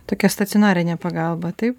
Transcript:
tokia stacionarinė pagalba taip